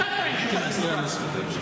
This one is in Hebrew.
אתה טוען שהם דמוקרטים.